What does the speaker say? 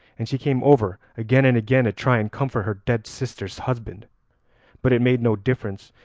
and she came over again and again to try and comfort her dead sister's husband but it made no difference,